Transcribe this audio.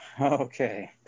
okay